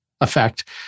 effect